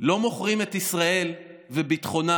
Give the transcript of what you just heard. לא מוכרים את ישראל ואת ביטחונה